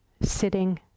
sitting